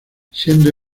siendo